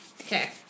Okay